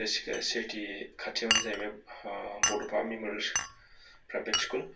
CIT खाथियावनो जाहैबाय Bodofa memorial private school